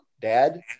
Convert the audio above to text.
dad